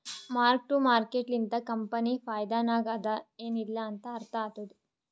mark to market ಲಿಂತ company ಫೈದಾನಾಗ್ ಅದಾ ಎನ್ ಇಲ್ಲಾ ಅಂತ ಅರ್ಥ ಆತ್ತುದ್